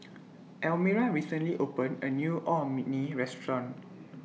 Elmira recently opened A New Orh Me Nee Restaurant